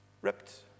Ripped